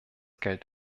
geld